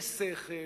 בשכל,